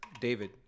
David